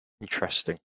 Interesting